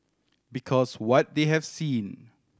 because what they have seen